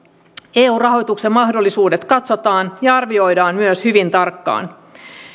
eun rahoituksen mahdollisuudet katsotaan ja arvioidaan myös hyvin tarkkaan